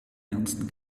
ernsten